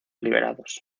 liberados